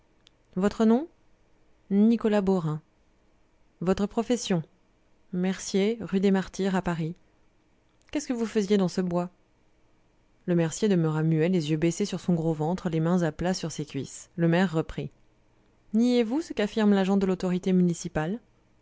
votre nom nicolas beaurain votre profession mercier rue des martyrs à paris qu'est-ce que vous faisiez dans ce bois le mercier demeura muet les yeux baissés sur son gros ventre les mains à plat sur ses cuisses le maire reprit niez vous ce qu'affirme l'agent de l'autorité municipale